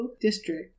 District